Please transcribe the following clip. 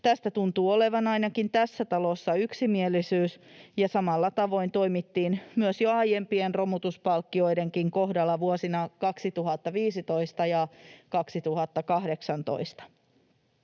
Tästä tuntuu olevan ainakin tässä talossa yksimielisyys, ja samalla tavoin toimittiin jo aiempienkin romutuspalkkioiden kohdalla vuosina 2015 ja 2018.